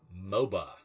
MOBA